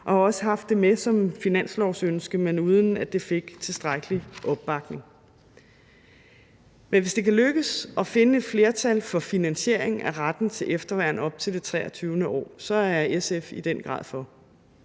og også haft det med som et finanslovsønske, men uden at det fik tilstrækkelig opbakning. Men hvis det kan lykkes at finde et flertal for finansiering af retten til efterværn op til det 23. år, er SF i den grad for.